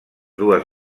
dues